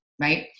right